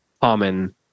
common